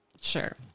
Sure